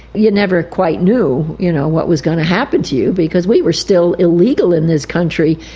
you never quite knew you know what was going to happen to you, because we were still illegal in this country.